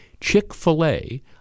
Chick-fil-A